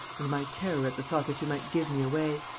and my terror at the thought that you might give me away!